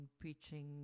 preaching